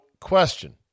Question